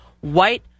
white